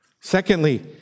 Secondly